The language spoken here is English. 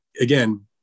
again